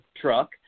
truck